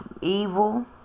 evil